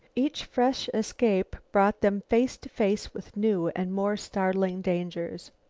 each fresh escape brought them face to face with new and more startling dangers.